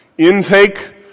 Intake